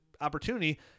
opportunity